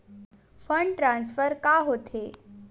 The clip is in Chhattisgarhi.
फंड ट्रान्सफर का होथे?